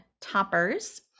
toppers